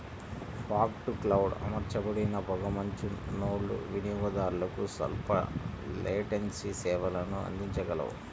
fog to cloud అమర్చబడిన పొగమంచు నోడ్లు వినియోగదారులకు స్వల్ప లేటెన్సీ సేవలను అందించగలవు